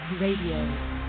Radio